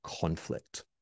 conflict